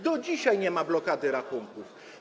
Do dzisiaj nie ma tu blokady rachunków.